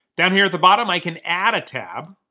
down here, at the bottom, i can add a tab.